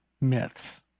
myths